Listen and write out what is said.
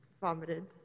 vomited